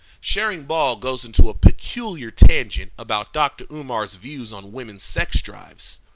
charing ball goes into a peculiar tangent about dr. umar's views on women's sex drives.